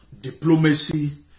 Diplomacy